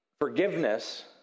Forgiveness